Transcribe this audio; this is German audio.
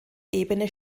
ebene